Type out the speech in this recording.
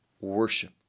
worship